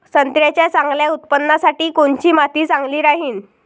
संत्र्याच्या चांगल्या उत्पन्नासाठी कोनची माती चांगली राहिनं?